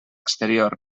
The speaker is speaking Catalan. exterior